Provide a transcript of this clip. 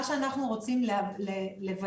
מה שאנחנו רוצים לוודא,